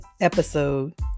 episode